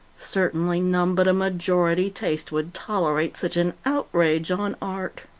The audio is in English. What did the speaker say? certainly, none but a majority taste would tolerate such an outrage on art.